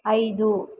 ಐದು